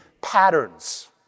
patterns